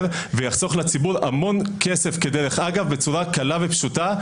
ויחסוך לציבור המון כסף דרך אגב בצורה קלה ופשוטה,